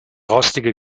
rostige